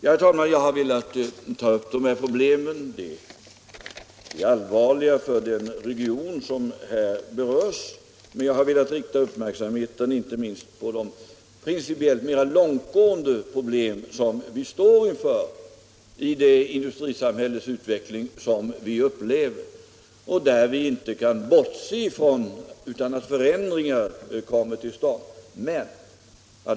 Förhållandena är allvarliga för den region som berörs i interpellationen, men jag har ändå velat rikta uppmärksamheten på de principiellt mer långtgående problem som vi står inför i det industrisamhällets utveckling som vi upplever och där vi inte kan komma ifrån att det sker förändringar.